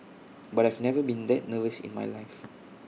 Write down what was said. but I've never been that nervous in my life